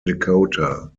dakota